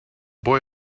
boy